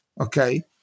okay